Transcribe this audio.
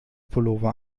pullover